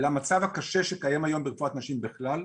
למצב הקשה שקיים היום ברפואת נשים בכלל,